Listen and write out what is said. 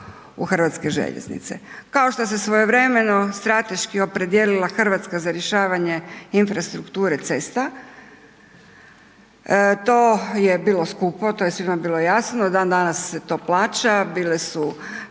u Hrvatske željeznice. Kao što se svojevremeno strateški opredijelila Hrvatska za rješavanje infrastrukture cesta, to je bilo skupo, to je svima bilo jasno. Dan danas se to plaća, bile su